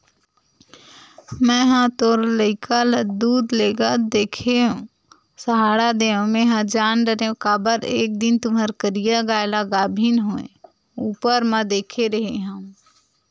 मेंहा तोर लइका ल दूद लेगत देखेव सहाड़ा देव मेंहा जान डरेव काबर एक दिन तुँहर करिया गाय ल गाभिन होय ऊपर म देखे रेहे हँव